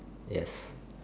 yes